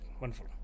Wonderful